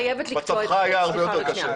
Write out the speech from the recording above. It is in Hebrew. מצבך היה הרבה יותר קשה.